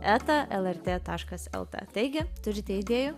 eta lrt taškas lt taigi turite idėjų